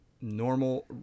normal